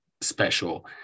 special